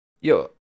yo